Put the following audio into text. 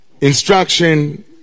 instruction